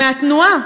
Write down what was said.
מהתנועה: